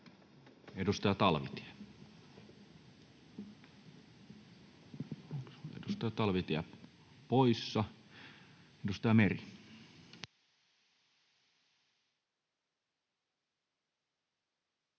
tilanteessa. Edustaja Talvitie poissa. — Edustaja Meri.